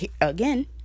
again